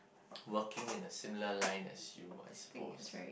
working in a similar line as you I suppose